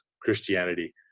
Christianity